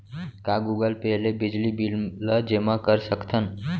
का Google pay ले बिजली बिल ल जेमा कर सकथन?